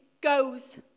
goes